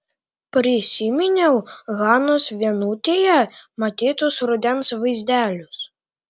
prisiminiau hanos vienutėje matytus rudens vaizdelius